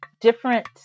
different